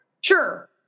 Sure